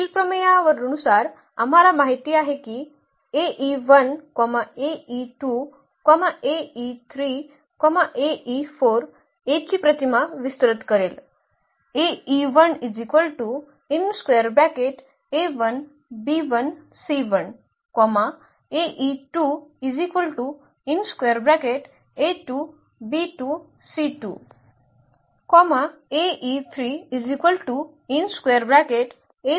मागील प्रमेयानुसार आम्हाला माहित आहे की A ची प्रतिमा विस्तृत करेल